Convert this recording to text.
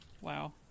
Wow